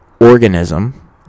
organism